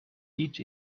each